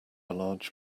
large